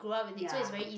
ya